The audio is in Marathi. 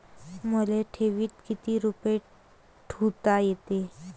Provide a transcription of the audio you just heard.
मले ठेवीत किती रुपये ठुता येते?